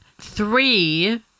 Three